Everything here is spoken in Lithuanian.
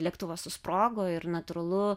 lėktuvas susprogo ir natūralu